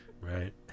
Right